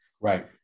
right